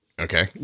Okay